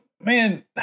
man